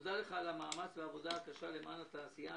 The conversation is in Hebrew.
מודה לך על המאמץ והעבודה הקשה למען התעשייה,